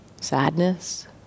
sadness